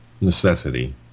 necessity